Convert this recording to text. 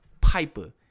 piper